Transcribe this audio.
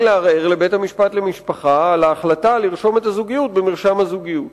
לערער לבית-המשפט למשפחה על ההחלטה לרשום את הזוגיות במרשם הזוגיות.